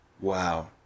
Wow